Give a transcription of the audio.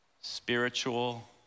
Spiritual